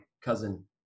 cousin